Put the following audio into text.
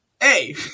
Hey